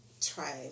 try